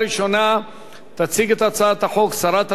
תציג את הצעת החוק שרת התרבות והספורט,